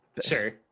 Sure